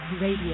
Radio